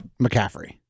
McCaffrey